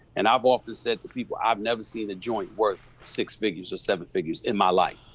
and i've often said to people i've never seen a joint worth six figures or seven figures in my life.